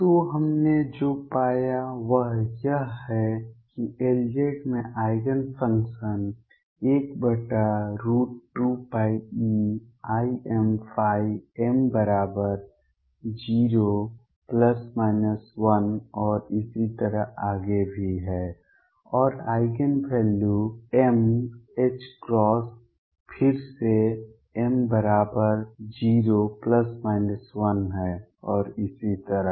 तो हमने जो पाया वह यह है कि Lz में आइगेन फंक्शन 12πeimϕ m बराबर 0 ±1 और इसी तरह आगे भी हैं और आइगेन वैल्यू m ℏ फिर से m बराबर 0 ±1 हैं और इसी तरह